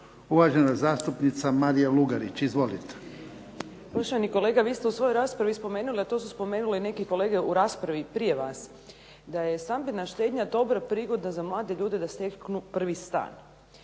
uvažena zastupnica Marija Lugarić. Izvolite.